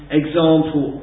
example